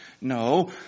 No